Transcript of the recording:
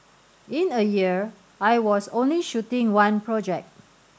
in a year I was only shooting one project